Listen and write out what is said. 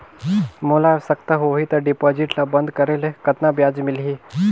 मोला आवश्यकता होही त डिपॉजिट ल बंद करे ले कतना ब्याज मिलही?